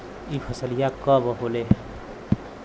यह फसलिया कब होले?